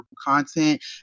content